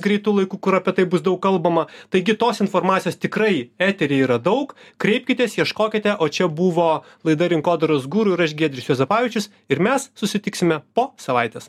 greitu laiku kur apie tai bus daug kalbama taigi tos informacijos tikrai etery yra daug kreipkitės ieškokite o čia buvo laida rinkodaros guru ir aš giedrius juozapavičius ir mes susitiksime po savaitės